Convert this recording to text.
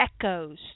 echoes